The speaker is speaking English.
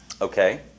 Okay